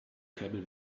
kämen